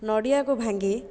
ନଡ଼ିଆକୁ ଭାଙ୍ଗି